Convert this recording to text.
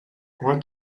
what